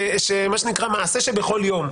מעשה שבכל יום.